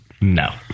no